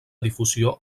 difusió